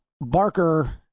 Barker